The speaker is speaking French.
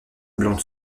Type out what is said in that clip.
blonde